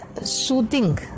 soothing